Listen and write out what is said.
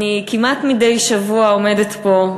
אני כמעט מדי שבוע עומדת פה,